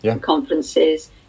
conferences